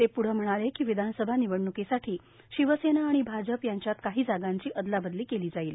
ते पुढं म्हणाले की विधानसभा निवडणुकीसाठी शिवसेना आणि भाजप यांच्यात काही जागांची अदलावदली केली जाईल